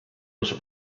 was